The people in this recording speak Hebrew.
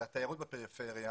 על התיירות בפריפריה,